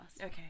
okay